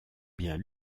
bien